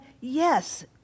Yes